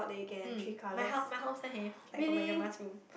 mm my hou~ my house also have like from my grandma's room